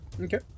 Okay